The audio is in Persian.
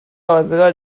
ازگار